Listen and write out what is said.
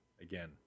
again